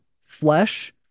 flesh